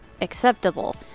acceptable